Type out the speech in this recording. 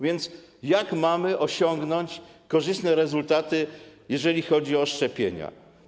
Więc jak mamy osiągnąć korzystne rezultaty, jeżeli chodzi o szczepienia?